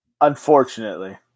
Unfortunately